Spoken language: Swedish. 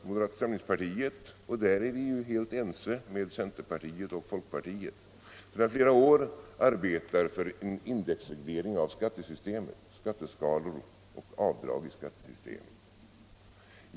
Moderata samlingspartiet, som här är helt ense med centerpartiet och folkpartiet, har sedan flera år arbetat för en indexreglering av skattesystemet, skatteskalor och avdrag i skattesystemet.